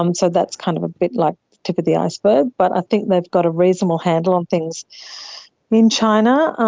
um so that's kind of a bit like the tip of the iceberg, but i think they've got a reasonable handle on things in china.